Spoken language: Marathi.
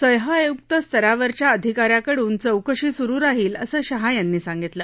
सहआयुक्त् स्तरावरच्या अधिका याकडून चौकशी सुरु राहील अस शहा यांनी सांगितलं